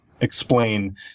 explain